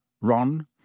Ron